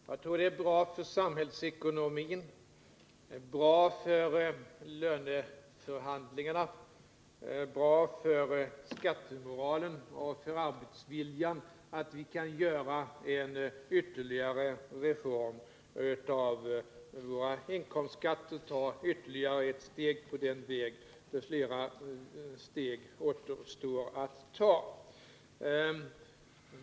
Jag tror att det är bra för samhällsekonomin, bra för löneförhandlingarna, bra för skattemoralen och för arbetsviljan att vi kan göra en ytterligare reform av våra inkomstskatter, ta ytterligare ett steg på den väg där flera steg återstår att ta.